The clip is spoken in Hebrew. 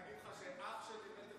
אגיד לך שאח שלי 1.96 מטר